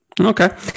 Okay